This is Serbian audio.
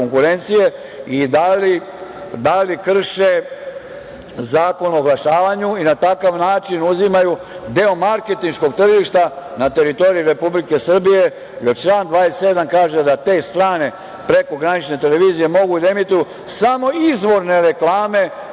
i da li krše Zakon o oglašavanju i na takav način uzimaju deo marketinškog tržišta na teritoriji Republike Srbije, jer član 27. kaže da te strane prekogranične televizije mogu da emituju samo izvorne reklame